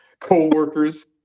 Co-workers